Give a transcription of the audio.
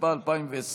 התשפ"א 2020,